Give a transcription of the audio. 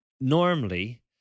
normally